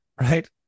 right